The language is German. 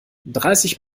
dreißig